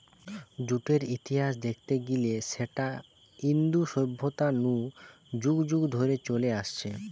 জুটের ইতিহাস দেখতে গিলে সেটা ইন্দু সভ্যতা নু যুগ যুগ ধরে চলে আসছে